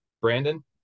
Brandon